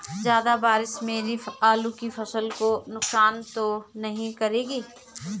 ज़्यादा बारिश मेरी आलू की फसल को नुकसान तो नहीं करेगी?